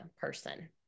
person